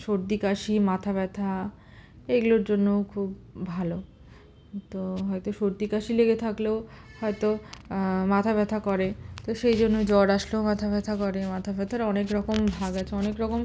সর্দি কাশি মাথা ব্যথা এইগুলোর জন্যও খুব ভালো তো হয়তো সর্দিকাশি লেগে থাকলেও হয়তো মাথা ব্যথা করে তো সেই জন্য জ্বর আসলেও মাথা ব্যথা করে মাথা ব্যথার অনেক রকম ভাগ আছে অনেক রকম